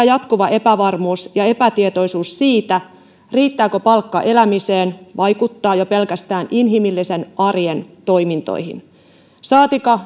jatkuva epävarmuus ja epätietoisuus siitä riittääkö palkka elämiseen vaikuttaa jo pelkästään inhimillisen arjen toimintoihin saatikka